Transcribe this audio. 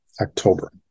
October